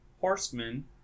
horsemen